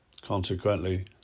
Consequently